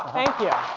thank you.